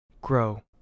grow